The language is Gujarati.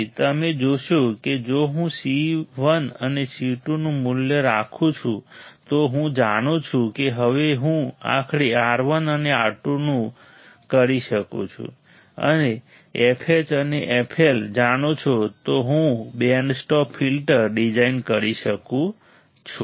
પછી તમે જોશો કે જો હું C1 અને C2 નું મૂલ્ય રાખું છું તો હું જાણું છું કે હવે હું આખરે R1 અને R2 નું કરી શકું છું અને તમે fH અને fL જાણો છો તો હું બેન્ડ સ્ટોપ ફિલ્ટર ડિઝાઇન કરી શકું છું